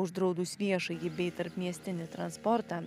uždraudus viešąjį bei tarpmiestinį transportą